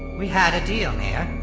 we had a deal, mayor.